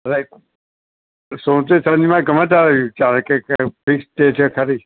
right સોમથી શનિમાં ગમે ત્યારે ચાલે કે ક્યારે ફિક્સ ડે છે ખરી